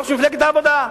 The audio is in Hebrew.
ראש מפלגת העבודה.